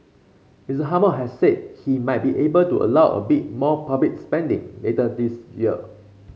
Miss Hammond has said he might be able to allow a bit more public spending later this year